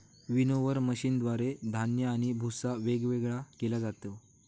winnower मशीनद्वारे धान्य आणि भुस्सा वेगवेगळा केला जातो